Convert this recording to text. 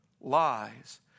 lies